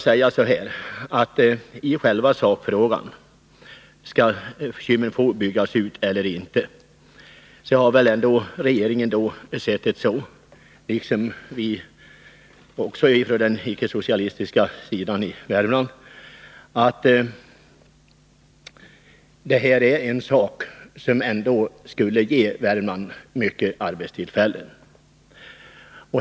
Själva sakfrågan — skall Kymmen få byggas ut eller inte? — har väl regeringen, liksom vi från den icke-socialistiska sidan i Värmland, sett på så att en utbyggnad skulle ge Värmland många arbetstillfällen.